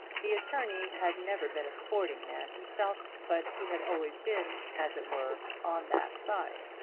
the attorney had never been a sporting man himself, but he had always been, as it were, on that side.